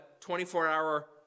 24-hour